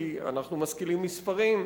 כי אנחנו משכילים מספרים,